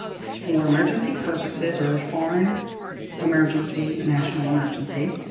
for emergency purposes or a foraging emergency, national emergency.